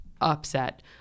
upset